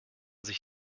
sich